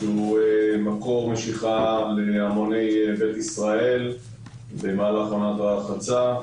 שהוא מקור משיכה להמוני בית ישראל במהלך עונת הרחצה.